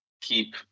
keep